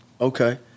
okay